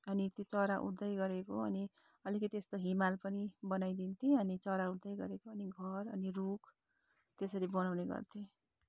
अनि त्यो चरा उड्दै गरेको अनि अलिकति यस्तो हिमाल पनि बनाइदिन्थेँ अनि चरा उड्दै गरेको अनि घर अनि रुख त्यसरी बनाउने गर्थेँ